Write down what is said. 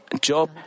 Job